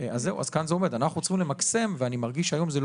אני מקווה שהממשלה תיפול, לא